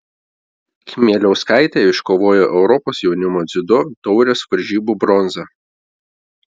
kmieliauskaitė iškovojo europos jaunimo dziudo taurės varžybų bronzą